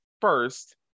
First